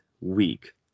week